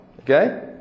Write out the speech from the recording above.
Okay